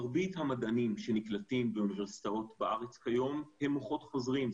מרבית המדענים שנקלטים באוניברסיטאות בארץ כיום הם מוחות חוזרים,